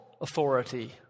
authority